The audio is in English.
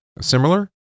similar